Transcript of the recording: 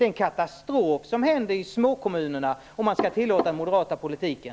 En katastrof kommer att inträffa i småkommunerna om man skall tillåta den moderata politiken.